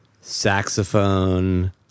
saxophone